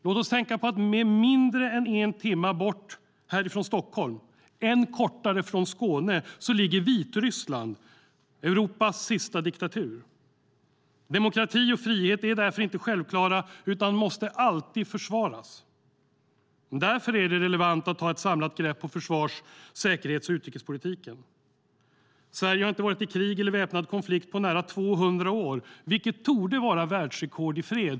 Låt oss tänka på att mindre än en timme bort från Stockholm, och än kortare från Skåne, ligger Vitryssland som är Europas sista diktatur. Demokrati och frihet är därför inte självklara utan måste alltid försvaras. Därför är det relevant att ta ett samlat grepp om försvars-, säkerhets och utrikespolitiken. Sverige har inte varit i krig eller väpnad konflikt på nära 200 år, vilket torde vara världsrekord i fred.